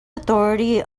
authority